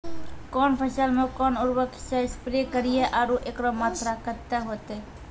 कौन फसल मे कोन उर्वरक से स्प्रे करिये आरु एकरो मात्रा कत्ते होते?